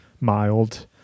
mild